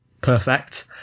Perfect